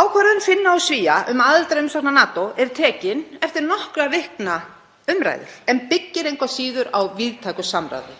Ákvörðun Finna og Svía um aðildarumsókn að NATO er tekin eftir nokkurra vikna umræður en byggir engu að síður á víðtæku samráði.